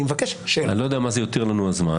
אני לא יודע מה זה יותיר לנו הזמן,